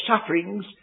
sufferings